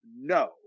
no